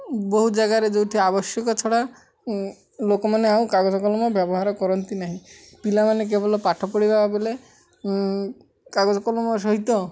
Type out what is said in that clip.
ବହୁତ ଜାଗାରେ ଯେଉଁଠି ଆବଶ୍ୟକ ଛଡ଼ା ଲୋକମାନେ ଆଉ କାଗଜ କଲମ ବ୍ୟବହାର କରନ୍ତି ନାହିଁ ପିଲାମାନେ କେବଳ ପାଠ ପଢ଼ିବା ବଲେ କାଗଜ କଲମ ସହିତ